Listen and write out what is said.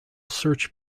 search